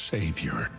Savior